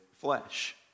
flesh